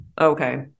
Okay